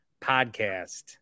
podcast